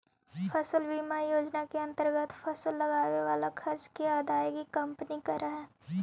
फसल बीमा योजना के अंतर्गत फसल लगावे वाला खर्च के अदायगी कंपनी करऽ हई